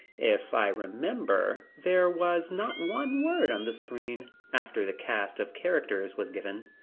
if i remember, there was not one word on the screen, after the cast of characters was given.